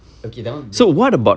okay that one break